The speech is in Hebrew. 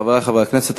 חברי חברי הכנסת,